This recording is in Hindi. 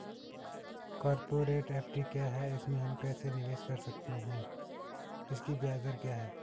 कॉरपोरेट एफ.डी क्या है इसमें हम कैसे निवेश कर सकते हैं इसकी ब्याज दर क्या है?